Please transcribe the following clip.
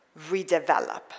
redevelop